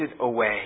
away